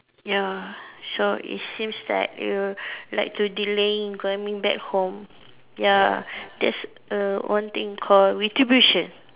ya so it seems that you like to delay in coming back home ya that's err one thing call retribution